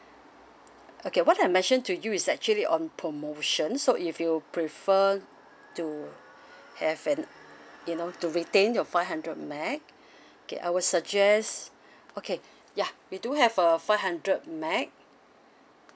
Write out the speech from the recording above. okay what I mentioned to you is actually on promotion so if you prefer to have an you know to retain your five hundred M_B_P_S okay I will suggest okay ya we do have a five hundred M_B_P_S